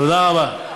תודה רבה.